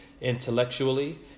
intellectually